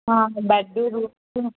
bed rooms